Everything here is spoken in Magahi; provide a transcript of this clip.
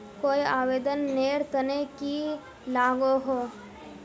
कोई आवेदन नेर तने की लागोहो?